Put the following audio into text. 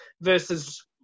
versus